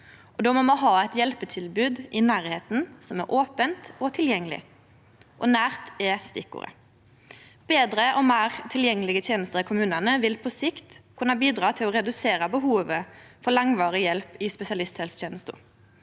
Då må me ha eit hjelpetilbod i nærleiken som er opent og tilgjengeleg. Nært er stikkordet. Betre og meir tilgjengelege tenester i kommunane vil på sikt kunna bidra til å redusera behovet for langvarig hjelp i spesialisthelsetenesta.